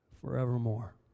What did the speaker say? forevermore